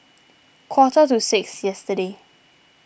quarter to six yesterday